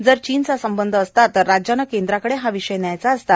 जर चीनचा संबंध असता तर राज्याने केद्राकडे हा विषय न्यायचा असता